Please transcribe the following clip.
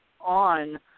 on